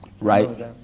right